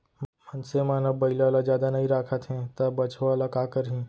मनसे मन अब बइला ल जादा नइ राखत हें त बछवा ल का करहीं